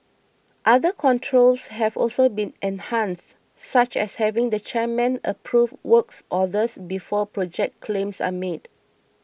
other controls have also been enhanced such as having the chairman approve works orders before project claims are made